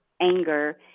anger